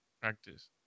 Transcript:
practice